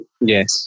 Yes